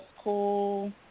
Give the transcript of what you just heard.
school